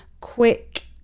quick